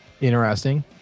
interesting